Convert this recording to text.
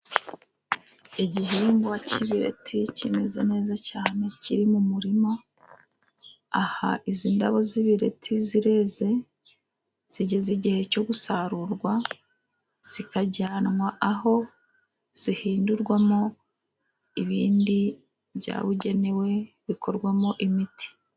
Igihingwa cy'ibireti kimeze neza cyane，kiri mu murima，aha izi ndabo z'ibireti zireze， zigeze igihe cyo gusarurwa， zikajyanwa aho zihindurwamo ibindi byabugenewe， bikorwamo imiti.